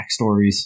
backstories